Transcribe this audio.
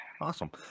awesome